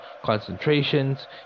concentrations